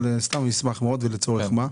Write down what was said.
אבל אני סתם אשמח מאוד לדעת וגם לצורך מה.